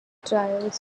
trials